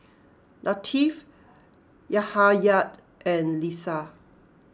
Latif Yahaya and Lisa